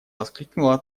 воскликнула